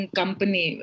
company